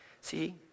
See